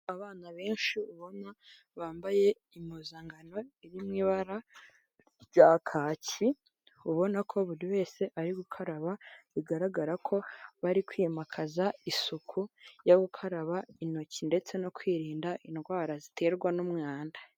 Abana benshi ubona bambaye impuzankano iri mu ibara rya kacyi ubona ko buri wese ari gukaraba, bigaragara ko bari kwimakaza isuku yo gukaraba intoki ndetse no kwirinda indwara ziterwa n'umwanda.